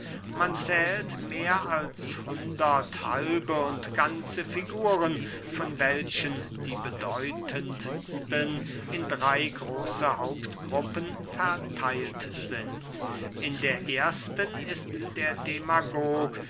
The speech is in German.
man zählt mehr als hundert halbe und ganze figuren von welchen die bedeutendsten in drey große hauptgruppen vertheilt sind in der ersten ist der demagog